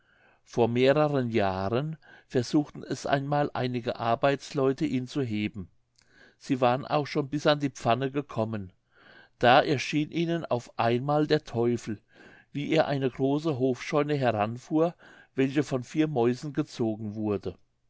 vor mehreren jahren versuchten es einmal einige arbeitsleute ihn zu heben sie waren auch schon bis an die pfanne gekommen da erschien ihnen auf einmal der teufel wie er eine große hofscheune heranfuhr welche von vier mäusen gezogen wurde